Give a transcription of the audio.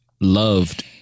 loved